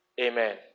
Amen